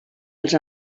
els